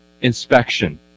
inspection